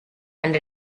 and